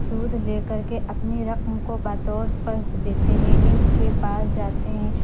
سود لے کر کے اپنی رقم کو بطور قرض دیتے ہیں ان کے پاس جاتے ہیں